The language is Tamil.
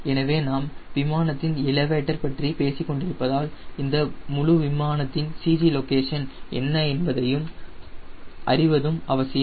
எனவே நாம் எலிவேடர் பற்றி பேசிக் கொண்டிருப்பதால் இந்த முழு விமானத்தின் CG லொகேஷன் என்ன என்பதை அறிவதும் அவசியம்